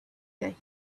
that